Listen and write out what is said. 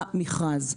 למכרז.